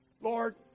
Lord